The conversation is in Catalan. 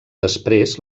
després